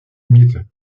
mitte